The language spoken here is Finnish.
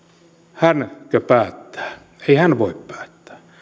hänkö päättää ei hän voi päättää